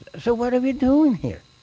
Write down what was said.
so, what are we doing here?